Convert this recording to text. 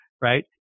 right